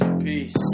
Peace